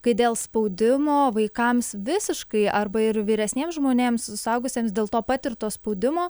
kai dėl spaudimo vaikams visiškai arba ir vyresniems žmonėms suaugusiems dėl to patirto spaudimo